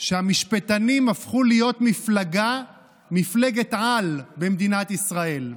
שהמשפטנים הפכו להיות מפלגת-על במדינת ישראל.